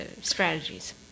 strategies